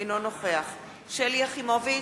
אינו נוכח שלי יחימוביץ,